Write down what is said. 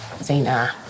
Zena